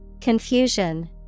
Confusion